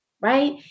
right